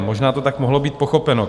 Možná to tak mohlo být pochopeno.